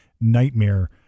nightmare